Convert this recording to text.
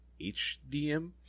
HDM